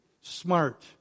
smart